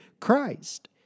Christ